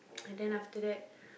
ah then after that